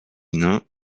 nain